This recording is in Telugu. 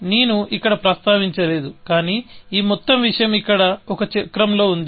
నేను ఇక్కడ ప్రస్తావించలేదు కానీ ఈ మొత్తం విషయం ఇక్కడ ఒక చక్రంలో ఉంది